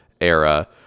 era